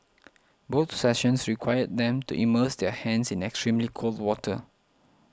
both sessions required them to immerse their hands in extremely cold water